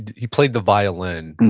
he played the violin.